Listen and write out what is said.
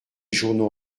journaux